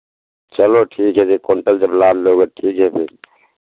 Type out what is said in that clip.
चलो ठीक है एक क्विंटल जब लाद लोगे तो ठीके है फिर